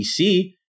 PC